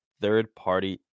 third-party